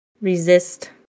resist